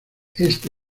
este